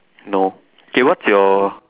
no okay what's your